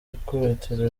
ikubitiro